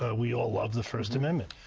ah we all love the first amendment.